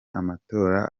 amatora